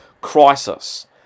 crisis